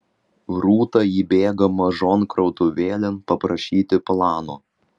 rūta įbėga mažon krautuvėlėn paprašyti plano